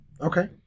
Okay